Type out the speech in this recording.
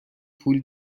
پول